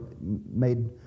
made